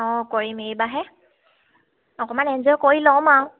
অঁ কৰিম এইবাৰহে অকণমান এনজয় কৰি ল'ম আৰু